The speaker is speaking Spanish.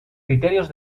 criterios